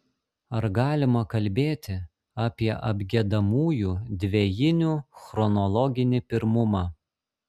ar galima kalbėti apie apgiedamųjų dvejinių chronologinį pirmumą